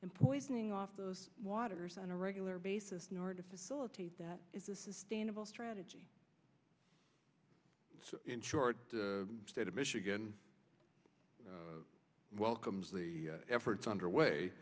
and poisoning off the waters on a regular basis in order to facilitate that is a sustainable strategy in short the state of michigan welcomes the efforts underway